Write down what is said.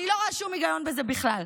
אני לא רואה שום היגיון בזה בכלל.